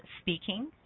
speaking